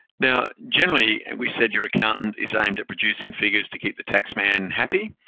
now, generally, and we said your accountant is aimed at producing figures to keep the tax man happy,